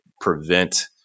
prevent